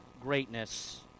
greatness